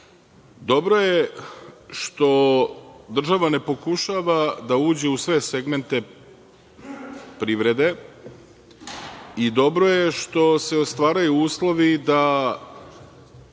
je što država ne pokušava da uđe u sve segmente privrede i dobro je što se ostvaruju uslovi da